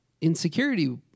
Insecurity